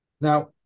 now